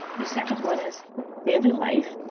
the second one is daily life,